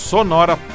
Sonora